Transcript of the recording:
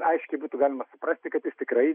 aiškiai būtų galima suprasti kad jis tikrai